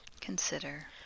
Consider